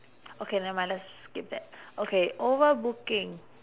okay never mind let's skip that okay over booking